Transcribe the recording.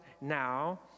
now